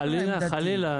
חלילה.